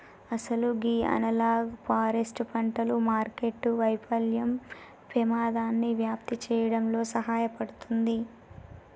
అసలు గీ analogue forest పంటలు మార్కెట్టు వైఫల్యం పెమాదాన్ని వ్యాప్తి సేయడంలో సహాయపడుతుంది